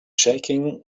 shaking